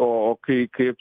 o kai kaip